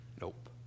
Nope